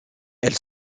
elle